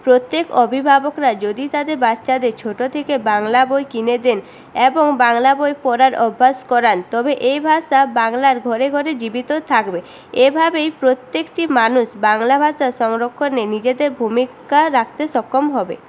প্রত্যেক অভিভাবকরা যদি তাদের বাচ্চাদের ছোট থেকে বাংলা বই কিনে দেন এবং বাংলা বই পড়ার অভ্যাস করান তবে এই ভাষা বাংলার ঘরে ঘরে জীবিত থাকবে এইভাবে প্রত্যেকটি মানুষ বাংলা ভাষার সংরক্ষণে নিজেদের ভূমিকা রাখতে সক্ষম হবে